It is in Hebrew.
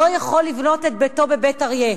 לא יכול לבנות את ביתו בבית-אריה.